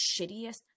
shittiest